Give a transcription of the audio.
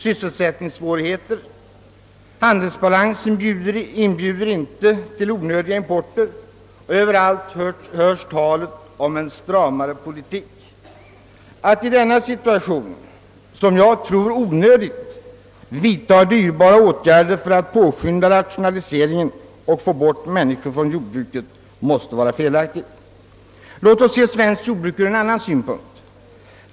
— Sysselsättningsvårigheter, handelsbalansen m.m. inbjuder inte till onödig import, och överallt hörs talet om en stramare politik. Att i denna situation vidtaga dyrbara åtgärder för att påskynda rationaliseringen och få bort människor från jordbruket måste vara felaktigt. Låt oss se svenskt jordbruk ur en annan synpunkt!